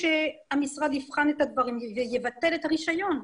שהמשרד יבחן את הדברים ויבטל את הרישיון.